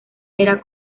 era